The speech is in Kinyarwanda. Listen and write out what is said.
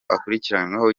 akurikiranyweho